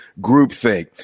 groupthink